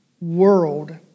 world